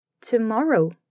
tomorrow